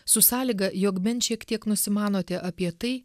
su sąlyga jog bent šiek tiek nusimanote apie tai